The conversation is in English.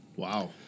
Wow